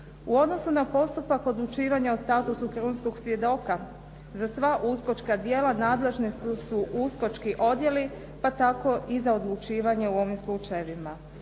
U odnosu na postupak odlučivanja o statusu krunskog svjedoka za sva uskočka djela nadležni su uskočki odjeli pa tako i za odlučivanje u ovim slučajevima.